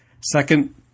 Second